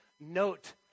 note